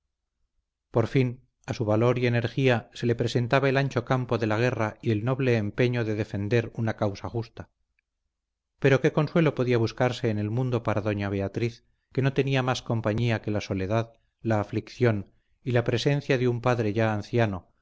por fin a su valor y energía se le presentaba el ancho campo de la guerra y el noble empeño de defender una causa justa pero qué consuelo podía buscarse en el mundo para doña beatriz que no tenía más compañía que la soledad la aflicción y la presencia de un padre ya anciano